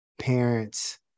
parents